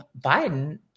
Biden